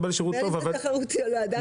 בין אם זה תחרותי או לא.